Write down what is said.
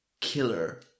killer